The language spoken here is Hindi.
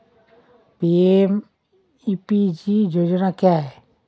पी.एम.ई.पी.जी योजना क्या है?